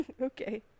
Okay